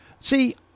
See